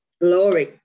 Glory